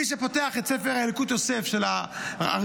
מי שפותח את ספר ילקוט יוסף של הראשון